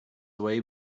way